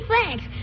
thanks